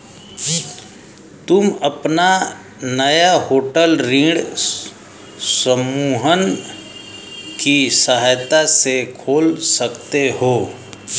तुम अपना नया होटल ऋण समूहन की सहायता से खोल सकते हो